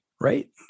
right